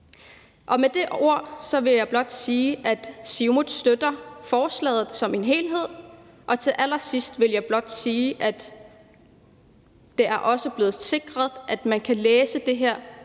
Med de ord vil jeg blot sige, at Siumut støtter forslaget som en helhed, og til allersidst vil jeg blot sige, at det er blevet sikret, at man også kan læse det her